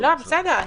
בסדר.